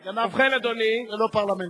"גנבתם" זה לא פרלמנטרי.